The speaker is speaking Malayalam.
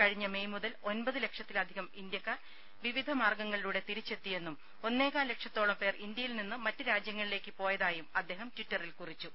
കഴിഞ്ഞ മെയ് മുതൽ ഒമ്പത് ലക്ഷത്തിലധികം ഇന്ത്യക്കാർ വിവിധ മാർഗ്ഗങ്ങളിലൂടെ തിരിച്ചെത്തിയെന്നും ഒന്നേകാൽ ലക്ഷത്തോളം പേർ ഇന്ത്യയിൽ നിന്ന് മറ്റ് രാജ്യങ്ങളിലേക്ക് പോയതായും അദ്ദേഹം ട്വിറ്ററിൽ കുറിച്ചു